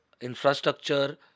infrastructure